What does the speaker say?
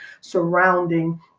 surrounding